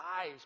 eyes